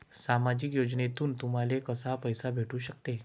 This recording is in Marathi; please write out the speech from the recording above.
सामाजिक योजनेतून तुम्हाले कसा पैसा भेटू सकते?